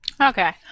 okay